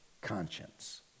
Conscience